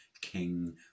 King